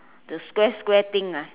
the square square thing ah